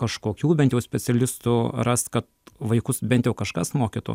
kažkokių bent jau specialistų rast kad vaikus bent jau kažkas mokytų